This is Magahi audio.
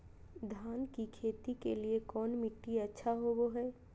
धान की खेती के लिए कौन मिट्टी अच्छा होबो है?